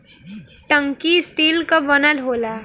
टंकी स्टील क बनल होला